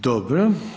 Dobro.